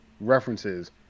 references